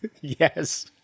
Yes